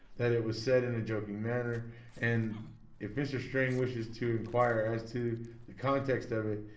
that it was said in a joking manner and if mr strang wishes to inquire as to the context of it,